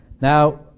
Now